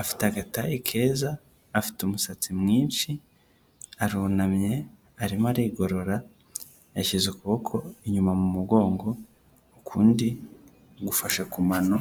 afite agataye keza, afite umusatsi mwinshi, arunamye, arimo arigorora, yashyize ukuboko inyuma mu mugongo, ukundi gufashe ku mano.